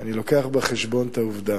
אני מביא בחשבון את העובדה